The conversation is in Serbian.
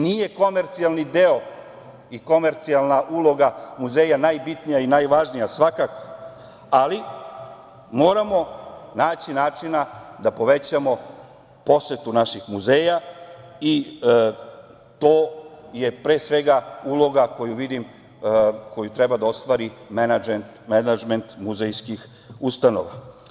Nije komercijalni deo i komercijalna uloga muzeja najbitnija i najvažnija svakako, ali moramo naći načina da povećamo posetu naših muzeja i to je, pre svega, uloga koju treba da ostvari menadžment muzejskih ustanova.